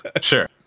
Sure